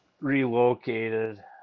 relocated